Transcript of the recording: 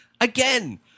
Again